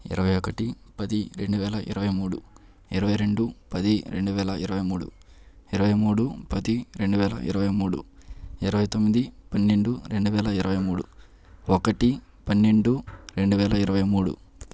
ఇరవై ఒకటి పది రెండు వేల ఇరవై మూడు ఇరవై రెండు పది రెండు వేల ఇరవై మూడు ఇరవై మూడు పది రెండు వేల ఇరవై మూడు ఇరవై తొమ్మిది పన్నెండు రెండు వేల ఇరవై మూడు ఒకటి పన్నెండు రెండు వేల ఇరవై మూడు